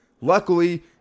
Luckily